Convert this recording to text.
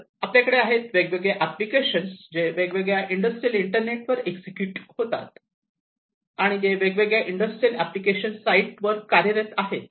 तर आपल्याकडे आहेत वेगवेगळे आपलिकेशन जे वेगवेगळ्या इंडस्ट्रियल इंटरनेट वर एक्झिक्युट होतात आणि जे वेगवेगळ्याइंडस्ट्रियल एप्लीकेशन साइट्सवर कार्यरत आहेत